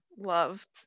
loved